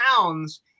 pounds